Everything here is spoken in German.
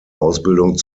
ausbildung